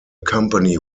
company